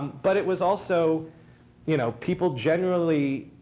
but it was also you know people generally